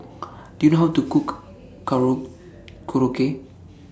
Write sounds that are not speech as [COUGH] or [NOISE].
[NOISE] Do YOU know How to Cook Karo Korokke